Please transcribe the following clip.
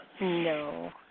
No